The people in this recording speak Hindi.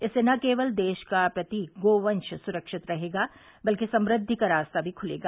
इससे न केवल देश का प्रतीक गोवंश सुरक्षित रहेगा बल्कि समृद्धि का रास्ता भी खुलेगा